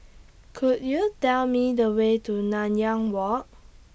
Could YOU Tell Me The Way to Nanyang Walk